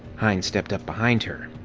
hein stepped up behind her,